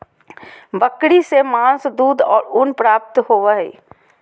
बकरी से मांस, दूध और ऊन प्राप्त होबय हइ